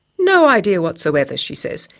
no idea whatsoever, she says.